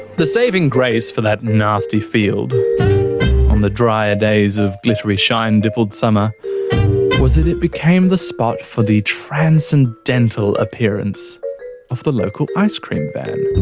the saving grace for that nasty field on the drier days of glittery shine dippled summer was that it became the spot for the transcendental appearance of the local ice cream van.